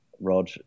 Rog